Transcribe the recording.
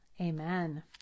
Amen